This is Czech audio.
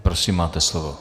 Prosím, máte slovo.